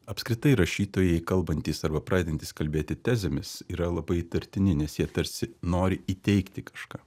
apskritai rašytojai kalbantys arba pradedantys kalbėti tezėmis yra labai įtartini nes jie tarsi nori įteikti kažką